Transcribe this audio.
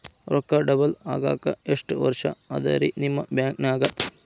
ರೊಕ್ಕ ಡಬಲ್ ಆಗಾಕ ಎಷ್ಟ ವರ್ಷಾ ಅದ ರಿ ನಿಮ್ಮ ಬ್ಯಾಂಕಿನ್ಯಾಗ?